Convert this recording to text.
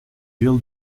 bill